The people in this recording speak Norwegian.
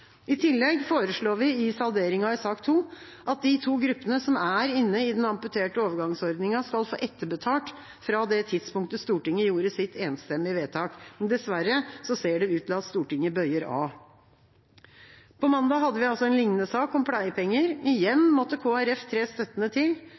I tillegg foreslår vi i salderingen i sak nr. 2 at de to gruppene som er inne i den amputerte overgangsordningen, skal få etterbetalt fra det tidspunktet Stortinget gjorde sitt enstemmige vedtak. Dessverre ser det ut til at Stortinget bøyer av. Mandag hadde vi en lignende sak – om pleiepenger. Igjen